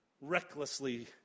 recklessly